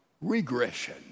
regression